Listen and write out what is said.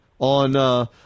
on